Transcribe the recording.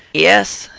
yes,